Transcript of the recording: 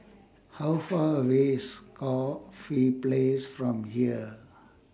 How Far away IS Corfe Place from here